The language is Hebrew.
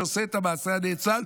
שעושה את המעשה הנאצל,